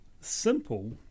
simple